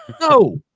No